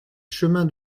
chemin